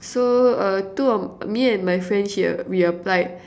so uh two of me and my friend she we applied